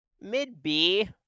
mid-B